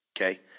Okay